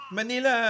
Manila